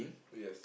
yes